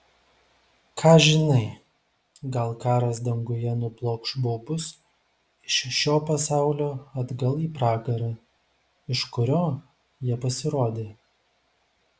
ką žinai gal karas danguje nublokš baubus iš šio pasaulio atgal į pragarą iš kurio jie pasirodė